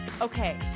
Okay